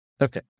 Okay